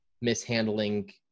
mishandling